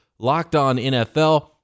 LOCKEDONNFL